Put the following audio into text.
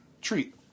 treat